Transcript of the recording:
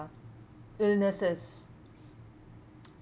illnesses